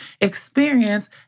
experience